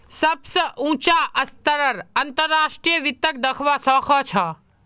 सबस उचा स्तरत अंतर्राष्ट्रीय वित्तक दखवा स ख छ